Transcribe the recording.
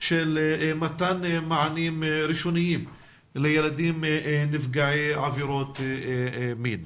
של מתן מענים ראשוניים לילדים נפגעי עבירות מין.